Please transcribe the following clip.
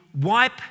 wipe